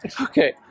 Okay